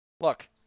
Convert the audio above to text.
Look